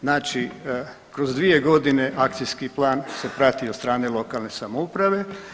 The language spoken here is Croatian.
Znači kroz dvije godine akcijski plan se prati od strane lokalne samouprave.